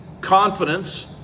confidence